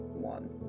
one